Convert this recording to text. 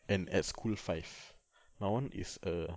and at school five my [one] is a